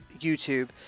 YouTube